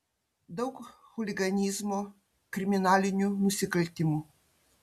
daug chuliganizmo kriminalinių nusikaltimų